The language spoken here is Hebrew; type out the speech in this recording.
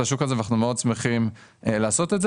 השוק הזה ואנחנו מאוד שמחים לעשות את זה.